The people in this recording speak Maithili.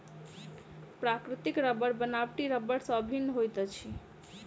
प्राकृतिक रबड़ बनावटी रबड़ सॅ भिन्न होइत अछि